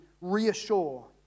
reassure